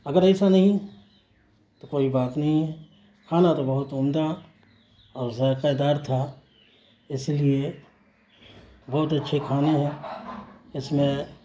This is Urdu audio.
اگر ایسا نہیں تو کوئی بات نہیں ہے کھانا تو بہت عمدہ اور ذائقےدار تھا اس لیے بہت اچھے کھانے ہیں اس میں